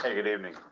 ah good evening.